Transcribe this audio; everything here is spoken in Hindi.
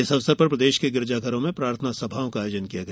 इस अवसर पर प्रदेश के गिरजाघरों में प्रार्थना सभाओं का आयोजन किया गया